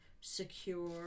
secure